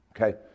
okay